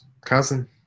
cousin